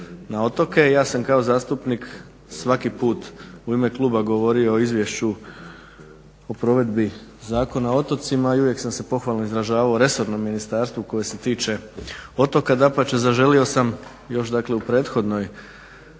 na otoke, ja sam kao zastupnik svaki put u ime kluba govorio o izvješću o provedbi Zakona o otocima i uvijek sam se pohvalno izražavao resornom ministarstvu koje se tiče otoka. Dapače zaželio sam još dakle u prethodnoj